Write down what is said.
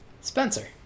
Spencer